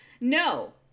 No